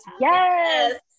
Yes